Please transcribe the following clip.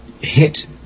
hit